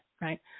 right